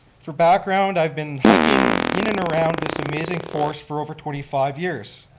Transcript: for background, i've been hiking in and around this amazing forest for over twenty five years.